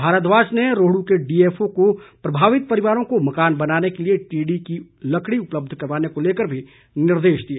भारद्वाज ने रोहड्र के डीएफओ को प्रभावित परिवारों को मकान बनाने के लिए टीडी की लकड़ी उपलब्ध करवाने को लेकर भी निर्देश दिए